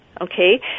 Okay